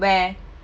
where